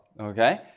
okay